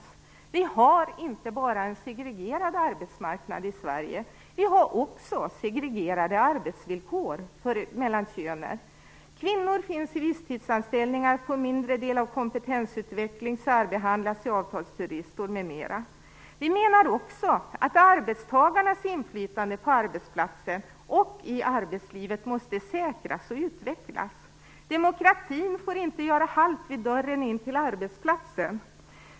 I Sverige har vi inte bara en segregerad arbetsmarknad i Sverige, utan vi har också segregerade arbetsvillkor mellan könen. Kvinnor finns på visstidsanställningar, får en mindre del av kompetensutveckling, särbehandlas i samband med avtalsturlistor m.m. Vi menar också att arbetstagarnas inflytande på arbetsplatser och i arbetslivet måste säkras och utvecklas. Demokratin får inte göra halt i dörren in till arbetsplatsen.